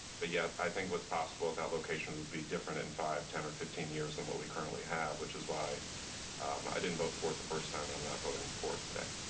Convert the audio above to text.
ah yet, i what's possible at that location would be different in five, ten, or fifteen years than what we currently have, which is why i didn't vote for it the first time, and i'm not voting for it today.